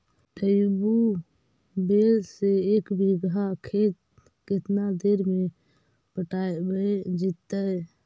Tubewell से एक बिघा खेत केतना देर में पटैबए जितै?